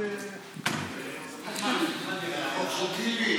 ביטול טיסה או שינוי בתנאיה) (הוראת שעה,